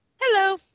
Hello